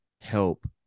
help